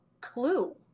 clue